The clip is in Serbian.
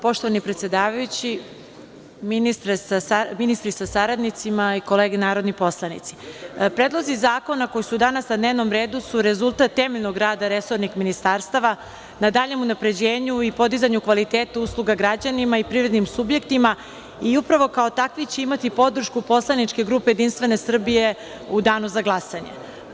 Poštovani predsedavajući, ministri sa saradnicima i kolege narodni poslanici, predlozi zakona koji su danas na dnevnom redu su rezultat temeljnog rada resornih ministarstava na daljem unapređenju i podizanju kvaliteta usluga građanima i privrednim subjektima, i upravo kao takvi će imati podršku poslaničke grupe Jedinstvene Srbije u danu za glasanje.